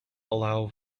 allow